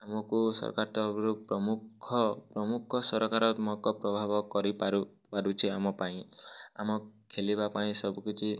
ଆମକୁ ସରକାର ତରଫରୁ ପ୍ରମୁଖ ପ୍ରମୁଖ ସରକାରଙ୍କ ପ୍ରଭାବ କରିପାରୁ ପାରୁଛି ଆମ ପାଇଁ ଆମ ଖେଲିବା ପାଇଁ ସବୁ କିଛି